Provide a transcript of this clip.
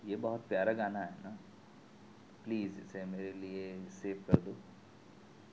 یہ بہت پیارا گانا ہے نا پلیز اسے میرے لیے سیو کر دو